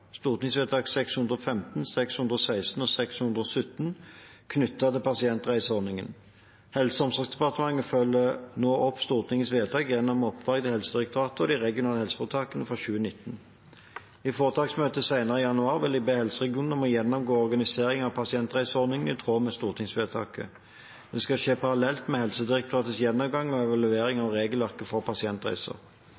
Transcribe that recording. stortingsvedtak 615, 616 og 617, knyttet til pasientreiseordningen. Helse- og omsorgsdepartementet følger nå opp Stortingets vedtak gjennom oppdrag til Helsedirektoratet og de regionale helseforetakene for 2019. I foretaksmøtet senere i januar vil jeg be helseregionene om å gjennomgå organiseringen av pasientreiseordningen i tråd med stortingsvedtaket. Det skal skje parallelt med Helsedirektoratets gjennomgang og evaluering